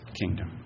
kingdom